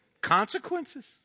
Consequences